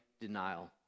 denial